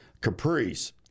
Caprice